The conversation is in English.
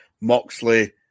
Moxley